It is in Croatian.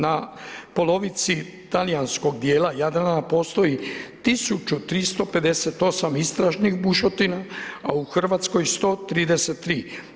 Na polovici talijanskog dijela Jadrana, postoji 1358 istražnih bušotina, a u Hrvatskoj 133.